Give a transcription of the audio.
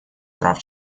прав